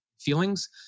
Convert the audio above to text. feelings